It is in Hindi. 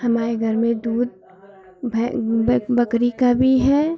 हमारे घर में दूध बक बकरी का भी है